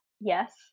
yes